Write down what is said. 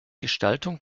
gestaltung